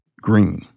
Green